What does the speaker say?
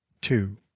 two